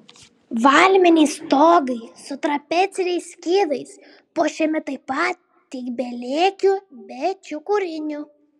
valminiai stogai su trapeciniais skydais puošiami taip pat tik be lėkių be čiukurinių